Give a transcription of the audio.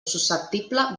susceptible